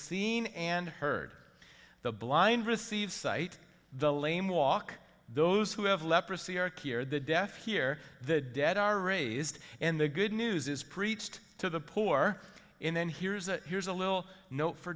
seen and heard the blind receive sight the lame walk those who have leprosy aren't here the death here the dead are raised and the good news is preached to the poor and then here's a here's a little note for